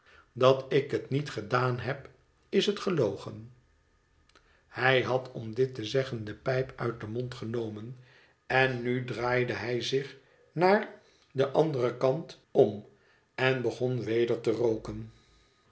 dat ik het niet gedaan heb is het gelogen hij had om dit te zeggen de pijp uit den mond genomen en nu draaide hij zich naar den anderen kant om en begon weder te'rooken